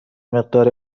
مقداری